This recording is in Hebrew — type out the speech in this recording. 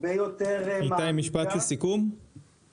נרצה